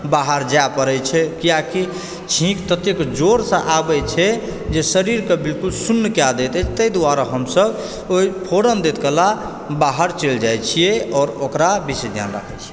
बाहर जाय पड़ै छै किए कि छीङ्क ततेक जोरसऽ आबै छै जे शरीरकऽ बिलकुल सुन्न कए दैत अछि तइ दुआरे हम सब ओइ फोरन दैत काल बाहर चलि जाइ छियै आओर ओकरा बेसी ध्यान राखै छियै